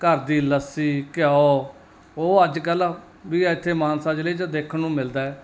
ਘਰ ਦੀ ਲੱਸੀ ਘਿਓ ਉਹ ਅੱਜ ਕੱਲ੍ਹ ਵੀ ਇੱਥੇ ਮਾਨਸਾ ਜ਼ਿਲ੍ਹੇ 'ਚ ਦੇਖਣ ਨੂੰ ਮਿਲਦਾ